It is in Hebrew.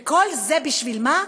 וכל זה בשביל מה?